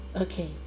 okay